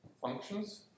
functions